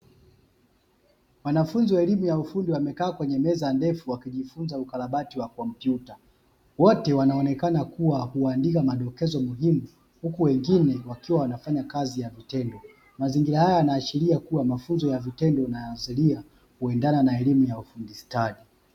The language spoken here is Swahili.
Wanafunzi wa elimu ya ufundi, wamekaa kwenye meza ndefu wakajifunza ukarabati wa kompyuta. Wote wanaonekana kuwa huandika maelekezo muhimu, huku wengine wakiwa wanafanya kazi ya vitendo. Mazingira haya yanaashiria kuwa mafunzo ya vitendo yanaendana na elimu ya ufundi stadi.